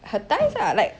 her thighs lah like